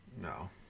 No